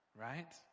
right